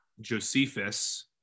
Josephus